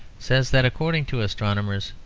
says that according to astronomers,